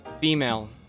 female